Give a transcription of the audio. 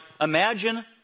imagine